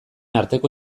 arteko